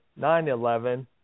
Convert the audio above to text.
9-11